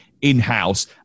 in-house